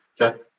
Okay